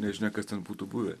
nežinia kas ten būtų buvę